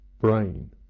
brain